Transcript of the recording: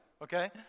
Okay